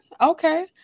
okay